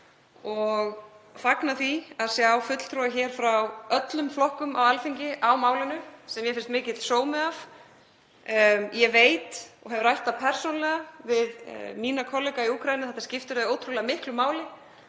og fagna því að sjá fulltrúa frá öllum flokkum á Alþingi á málinu, sem mér finnst mikill sómi að. Ég veit og hef rætt það persónulega við mína kollega í Úkraínu að þetta skiptir þau ótrúlega miklu máli.